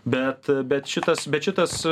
bet bet šitas bet šitas